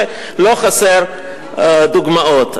ולא חסרות דוגמאות.